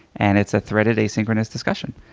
and it's a threaded asynchronous discussion.